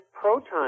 proton